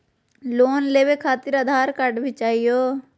Loan लेवे खातिरआधार card भी चाहियो?